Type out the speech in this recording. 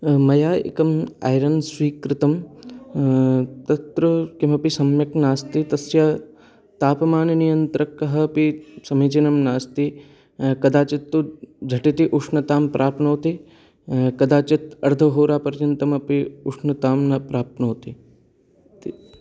मया एकम् ऐरन् स्वीकृतं तत्र किमपि सम्यक् नास्ति तस्य तापमाननियन्त्रकः अपि समीचीनं नास्ति कदाचित् तु झटिति उष्णतां प्राप्नोति कदाचित् अर्धहोरापर्यन्तमपि उष्णतां न प्राप्नोति इति